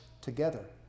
together